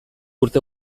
urte